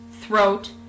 throat